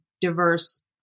diverse